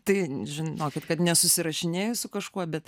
tai žinokit kad nesusirašinėju su kažkuo bet